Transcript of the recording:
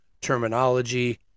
terminology